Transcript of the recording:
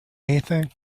anything